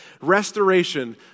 restoration